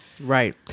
Right